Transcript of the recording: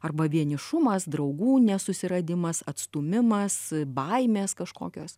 arba vienišumas draugų nesusiradimas atstūmimas baimės kažkokios